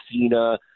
Cena